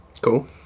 Cool